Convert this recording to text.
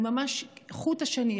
היא ממש חוט השני.